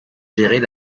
gérer